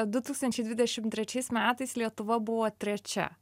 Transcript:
du tūkstančiai dvidešim trečiais metais lietuva buvo trečia